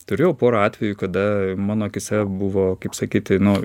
turėjau pora atvejų kada mano akyse buvo kaip sakyti nu